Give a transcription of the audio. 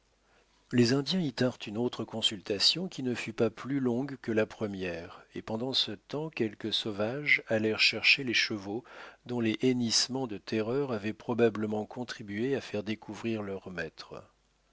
les indiens y tinrent une autre consultation qui ne fut pas plus longue que la première et pendant ce temps quelques sauvages allèrent chercher les chevaux dont les hennissements de terreur avaient probablement contribué à faire découvrir leurs maîtres